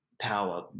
power